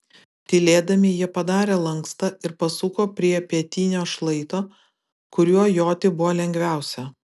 tylėdami jie padarė lankstą ir pasuko prie pietinio šlaito kuriuo joti buvo lengviausia